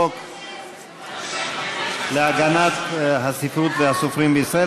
בעד אוסאמה